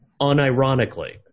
unironically